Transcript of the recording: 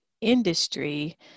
industry